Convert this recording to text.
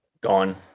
gone